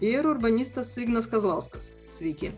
ir urbanistas ignas kazlauskas sveiki